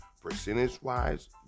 Percentage-wise